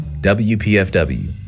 WPFW